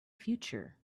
future